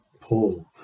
Paul